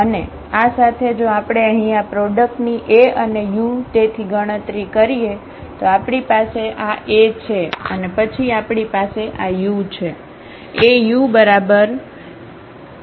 અને આ સાથે જો આપણે અહીં આ પ્રોડક્ટની A અને u તેથી ગણતરી કરીએ તો આપણી પાસે આ A છે અને પછી આપણી પાસે આu છે